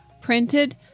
printed